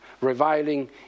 reviling